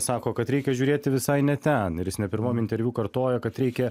sako kad reikia žiūrėti visai ne ten ir jis ne pirmam interviu kartoja kad reikia